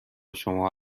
شما